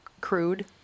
crude